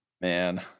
man